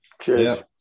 Cheers